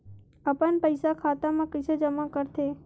अपन पईसा खाता मा कइसे जमा कर थे?